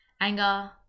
anger